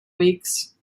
weeks